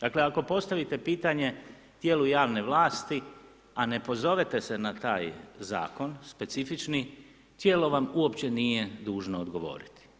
Dakle, ako postavite pitanje tijelu javne vlasti, a ne pozovete se na taj Zakon, specifični, Tijelo vam uopće nije dužno odgovoriti.